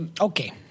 Okay